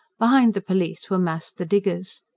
behind the police were massed the diggers.